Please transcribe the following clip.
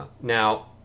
Now